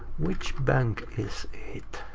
which bank is it?